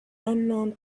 unknown